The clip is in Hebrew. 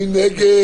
מי נגד?